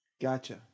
Gotcha